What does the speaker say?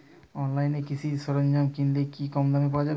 অনলাইনে কৃষিজ সরজ্ঞাম কিনলে কি কমদামে পাওয়া যাবে?